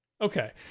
Okay